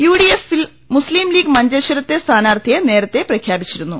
യുഡിഎഫിൽ Muslim League മഞ്ചേശ്വരത്ത് സ്ഥാനാർത്ഥിയെ നേരത്തെ പ്രഖ്യാപിച്ചിരുന്നു